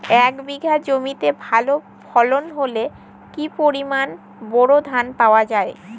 এক বিঘা জমিতে ভালো ফলন হলে কি পরিমাণ বোরো ধান পাওয়া যায়?